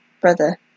brother